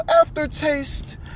aftertaste